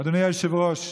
אדוני היושב-ראש,